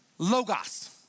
Logos